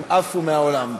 הן עפו מהעולם.